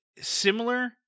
similar